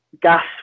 Gas